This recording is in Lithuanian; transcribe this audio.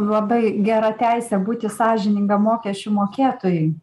labai gera teisė būti sąžiningam mokesčių mokėtojui